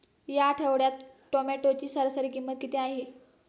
या आठवड्यात टोमॅटोची सरासरी किंमत किती आहे?